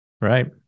Right